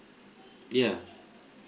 yeah